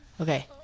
Okay